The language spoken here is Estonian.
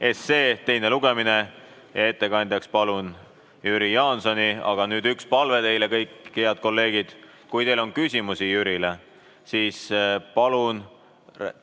376 teine lugemine. Ettekandjaks palun Jüri Jaansoni. Aga nüüd üks palve teile, head kolleegid. Kui teil on Jürile küsimusi, siis palun